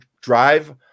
drive